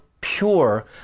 pure